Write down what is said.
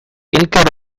elkar